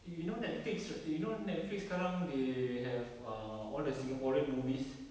yo~ you know netflix ri~ you know netflix sekarang they have err all the singaporean movies